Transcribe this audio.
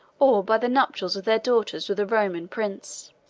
or by the nuptials of their daughters with a roman prince.